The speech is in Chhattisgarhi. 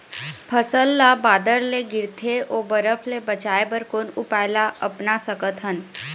फसल ला बादर ले गिरथे ओ बरफ ले बचाए बर कोन उपाय ला अपना सकथन?